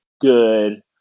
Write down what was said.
good